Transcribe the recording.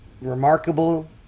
remarkable